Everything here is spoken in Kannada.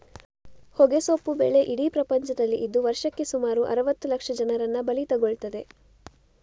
ಹೊಗೆಸೊಪ್ಪು ಬೆಳೆ ಇಡೀ ಪ್ರಪಂಚದಲ್ಲಿ ಇದ್ದು ವರ್ಷಕ್ಕೆ ಸುಮಾರು ಅರುವತ್ತು ಲಕ್ಷ ಜನರನ್ನ ಬಲಿ ತಗೊಳ್ತದೆ